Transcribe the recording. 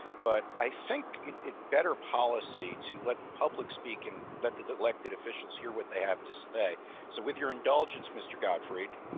but i think it better policy to let the public speaking. let the elected officials hear what they have to stay so with your indulgence. mr. godfrey,